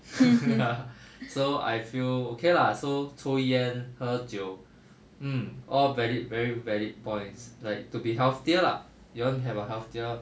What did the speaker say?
so I feel okay lah so 抽烟喝酒 hmm all valid very valid points like to be healthier lah you want to have a healthier